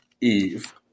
Eve